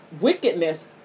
wickedness